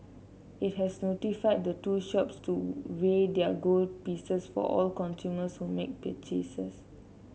it has notified the two shops to weigh their gold pieces for all consumers who make purchases